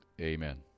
amen